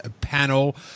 panel